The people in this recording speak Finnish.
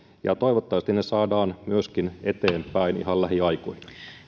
ja toivottavasti ne saadaan myöskin eteenpäin ihan lähiaikoina